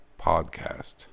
Podcast